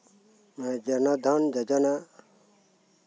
ᱡᱚᱱᱚᱫᱷᱚᱱ ᱡᱳᱡᱚᱱᱟ